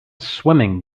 swimming